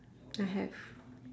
I have